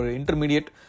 intermediate